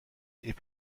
est